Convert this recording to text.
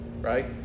right